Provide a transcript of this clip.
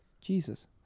Jesus